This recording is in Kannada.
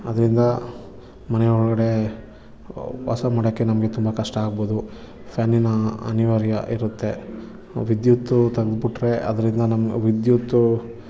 ಅದರಿಂದ ಮನೆ ಒಳಗಡೆ ವಾಸಮಾಡಕ್ಕೆ ನಮಗೆ ತುಂಬ ಕಷ್ಟಾಗ್ಬೋದು ಫ್ಯಾನಿನ ಅನಿವಾರ್ಯ ಇರುತ್ತೆ ವಿದ್ಯುತ್ತು ತೆಗ್ದು ಬಿಟ್ಟರೆ ಅದರಿಂದ ನಮ್ಮ ವಿದ್ಯುತ್ತು